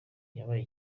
yabaye